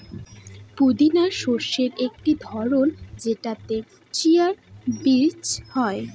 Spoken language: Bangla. পুদিনা শস্যের একটি ধরন যেটাতে চিয়া বীজ হয়